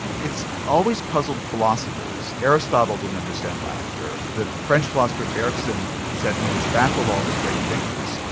it's always puzzled philosophers, aristotle didn't understand laughter. the french philosopher bergson said, you know, it's baffled all the great thinkers,